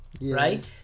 right